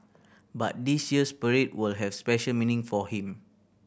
but this year's parade will have special meaning for him